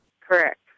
Correct